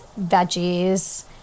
veggies